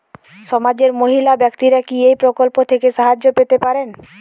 সমাজের মহিলা ব্যাক্তিরা কি এই প্রকল্প থেকে সাহায্য পেতে পারেন?